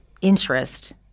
interest